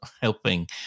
helping